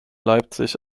leipzig